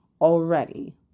already